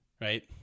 Right